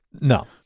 No